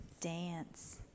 Dance